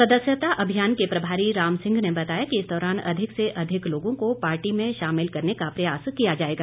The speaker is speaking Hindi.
सदस्यता अभियान के प्रभारी रामसिंह ने बताया कि इस दौरान अधिक से अधिक लोगों को पार्टी में शामिल करने का प्रयास किया जाएगा